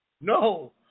No